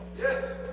Yes